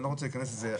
אני לא רוצה להיכנס לזה,